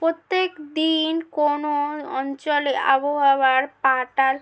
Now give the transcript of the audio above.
প্রত্যেক দিন কোন অঞ্চলে আবহাওয়া পাল্টায়